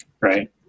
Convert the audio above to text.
Right